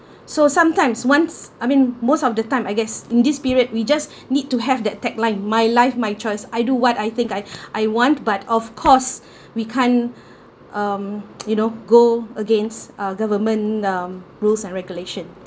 so sometimes once I mean most of the time I guess in this period we just need to have that tag line my life my choice I do what I think I I want but of course we can't um you know go against uh government um rules and regulations